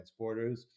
transporters